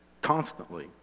Constantly